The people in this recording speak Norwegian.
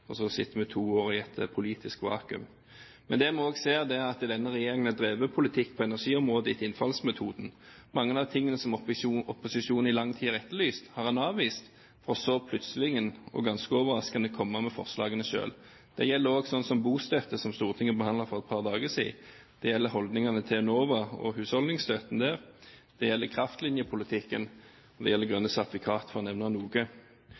og så sitter vi to år i et politisk vakuum. Men det vi også ser, er at denne regjeringen har drevet politikk på energiområdet etter innfallsmetoden. Mye av det opposisjonen i lang tid har etterlyst, har en avvist, og så plutselig og ganske overraskende kommer en med forslagene selv. Det gjelder slikt som bostøtte, som Stortinget behandlet for et par dager siden, det gjelder holdningene til Enova og husholdningsstøtten der, det gjelder kraftlinjepolitikken, og det gjelder grønne sertifikater – for å nevne noe.